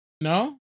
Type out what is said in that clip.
No